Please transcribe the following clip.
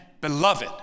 beloved